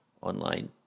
online